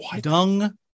Dung